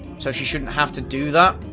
so she shouldn't have to do that.